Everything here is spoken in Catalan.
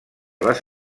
les